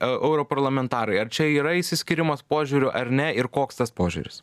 europarlamentarai ar čia yra išsiskyrimas požiūrių ar ne ir koks tas požiūris